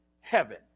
heaven